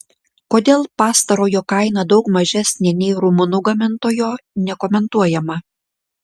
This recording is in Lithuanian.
kodėl pastarojo kaina daug mažesnė nei rumunų gamintojo nekomentuojama